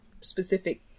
specific